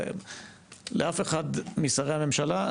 לאף אחד משרי הממשלה,